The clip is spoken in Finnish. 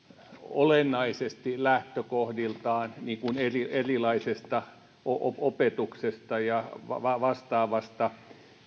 olennaisesti lähtökohdiltaan erilaisesta opetuksesta ja vastaavasta